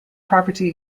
property